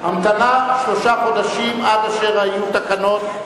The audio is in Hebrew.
המתנה שלושה חודשים עד אשר יהיו תקנות.